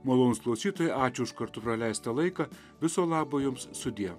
malonūs klausytojai ačiū už kartu praleistą laiką viso labo jums sudie